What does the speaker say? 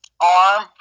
arm